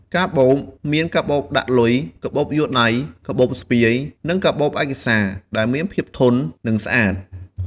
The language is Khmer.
កាបូប មានកាបូបដាក់លុយ កាបូបយួរដៃ កាបូបស្ពាយ និងកាបូបឯកសារ ដែលមានភាពធន់ និងស្អាត។